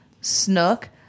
snook